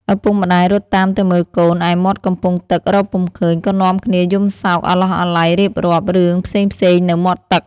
ឪពុកម្ដាយរត់តាមទៅមើលកូន ឯមាត់កំពង់ទឹករកពុំឃើញ ក៏នាំគ្នាយំសោកអាឡោះអាល័យរៀបរាប់ រឿងផ្សេងៗនៅមាត់ទឹក ។